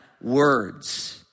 words